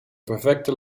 perfecte